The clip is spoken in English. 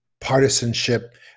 partisanship